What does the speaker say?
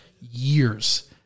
years